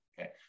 Okay